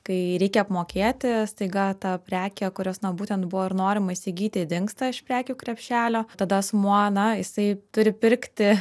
kai reikia apmokėti staiga ta prekė kurios na būtent buvo ir norima įsigyti dingsta iš prekių krepšelio tada asmuo na jisai turi pirkti